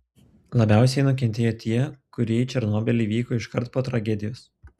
labiausiai nukentėjo tie kurie į černobylį vyko iškart po tragedijos